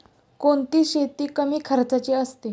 कोणती शेती कमी खर्चाची असते?